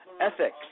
ethics